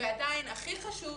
ועדיין הכי חשוב,